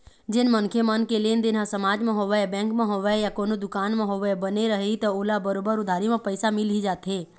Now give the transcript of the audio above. जेन मनखे मन के लेनदेन ह समाज म होवय, बेंक म होवय या कोनो दुकान म होवय, बने रइही त ओला बरोबर उधारी म पइसा मिल ही जाथे